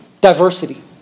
Diversity